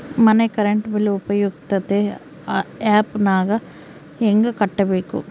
ಮನೆ current bill ಉಪಯುಕ್ತತೆ app ನಾಗ ಹೆಂಗ ಕಟ್ಟಬೇಕು?